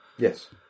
Yes